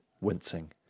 wincing